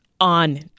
on